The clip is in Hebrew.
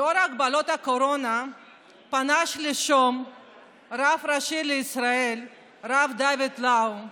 לנוכח הגבלות הקורונה פנה שלשום הרב הראשי לישראל הרב דוד לאו